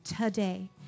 today